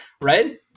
right